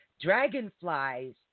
dragonflies